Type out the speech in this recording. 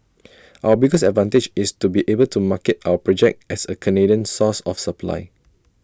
our biggest advantage is to be able to market our project as A Canadian source of supply